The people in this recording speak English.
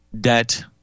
Debt